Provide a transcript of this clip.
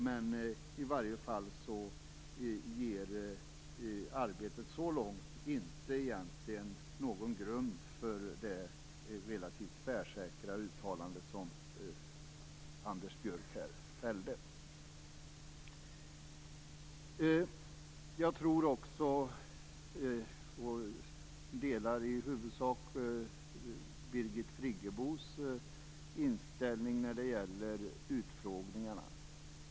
Men så här långt ger arbetet inte någon egentlig grund för det relativt tvärsäkra uttalande som Anders Björck fällde. Jag delar i huvudsak Birgit Friggebos inställning när det gäller utfrågningarna.